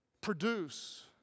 produce